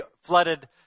flooded